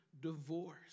divorce